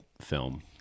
film